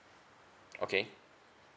okay